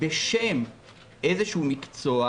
בשם איזשהו מקצוע,